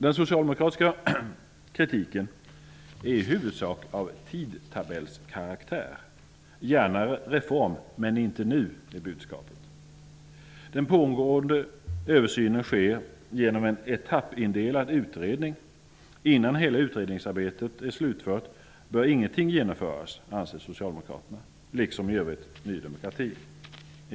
Den socialdemokratiska kritiken är i huvudsak av tidtabellskaraktär. Gärna reform, men inte nu, är budskapet. Den pågående översynen sker genom en etappindelad utredning. Innan hela utredningsarbetet är slutfört bör ingenting genomföras, anser Socialdemokraterna, liksom i övrigt Ny demokrati.